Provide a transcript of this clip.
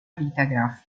vitagraph